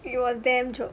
it was damn joke